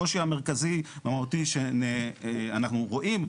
הקושי המרכזי המהותי שאנחנו רואים,